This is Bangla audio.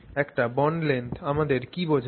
একটা বন্ড লেংথ আমাদের কি বোঝায়